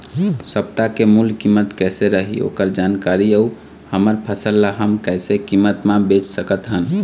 सप्ता के मूल्य कीमत कैसे रही ओकर जानकारी अऊ हमर फसल ला हम कैसे कीमत मा बेच सकत हन?